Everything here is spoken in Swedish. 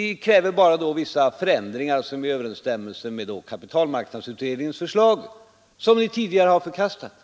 Ni kräver bara vissa ändringar som överensstämmer med kapitalmarknadsut Torsdagen den redningens förslag, som ni tidigare har förkastat.